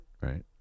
Right